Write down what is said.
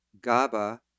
GABA